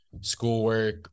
schoolwork